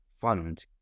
fund